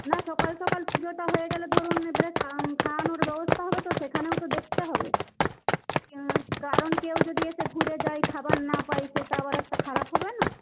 না সকাল সকাল পুজোটা হয়ে গেলে ধরুন এবারে খাওয়ানোর ব্যবস্থা হবে তো সেখানেও তো দেখতে হবে কারণ কেউ যদি এসে ঘুরে যায় খাবার না পায় সেটা আবার একটা খারাপ হবে না